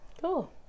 Cool